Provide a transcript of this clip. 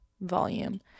volume